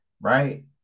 right